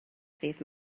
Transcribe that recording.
ddydd